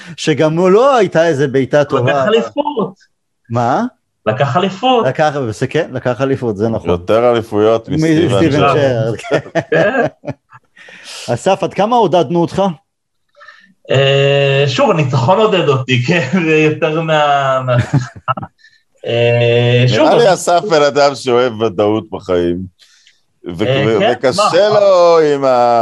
שגם לו לא הייתה איזה בעיטה לקח טובה. אליפות. מה? לקח אליפות. לקח- וזה כן, לקח אליפות, זה נכון. יותר אליפויות מסטיבן מסטיבן ג'רארד. ג'רארד, כן. כן. אסף, עד כמה עודדנו אותך? אה, שוב, הניצחון עודד אותי, כן, זה יותר מה- מה- אה, שוב, נראה לי אבל- אסף בן אדם שאוהב ודאות בחיים, ו- אה, ו- כן? וקשה מה? לו עם ה-